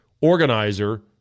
organizer